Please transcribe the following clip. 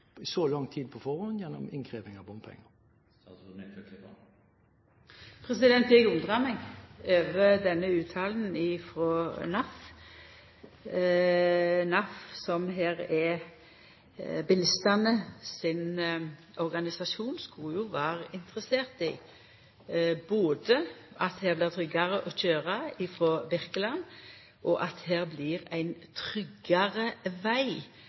så lang tid på forhånd, gjennom innkreving av bompenger? Eg undrar meg over denne utsegna frå NAF. NAF, som her er bilistane sin organisasjon, skulle jo vera interessert i at det både vart tryggare å kjøra frå Birkeland, og at det blir ein tryggare veg